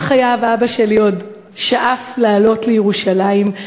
כל חייו אבא שלי עוד שאף לעלות לירושלים,